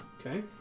Okay